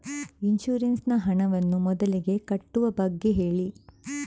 insurance ನ ಹಣವನ್ನು ಮೊದಲಿಗೆ ಕಟ್ಟುವ ಬಗ್ಗೆ ಹೇಳಿ